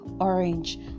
orange